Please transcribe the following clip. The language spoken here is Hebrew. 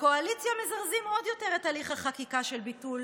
בקואליציה מזרזים עוד יותר את הליך החקיקה של ביטול